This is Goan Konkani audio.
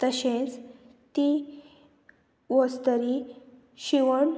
तशेंच ती वस्त तरी शिवण